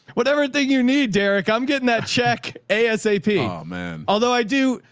whatever thing you need, derek, i'm getting that check asap, um man. although i do,